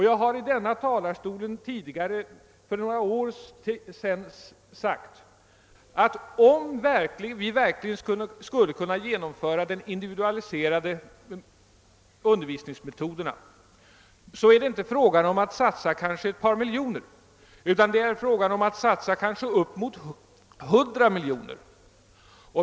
Jag har i denna talarstol tidigare, för några år sedan, sagt att om vi verkligen skall kunna genomföra de individualiserade undervisningsmetoderna är det inte fråga om att bara satsa kanske ett par miljoner kronor, utan då är det fråga om att satsa kanske uppemot 100 miljoner.